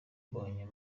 mbonye